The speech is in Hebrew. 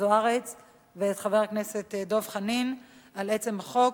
זוארץ ואת חבר הכנסת דב חנין על עצם החוק,